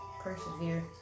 Persevere